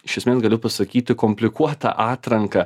iš esmės galiu pasakyti komplikuotą atranką